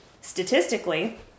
statistically